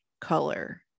color